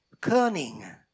cunning